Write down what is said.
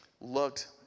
looked